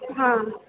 ಹಾಂ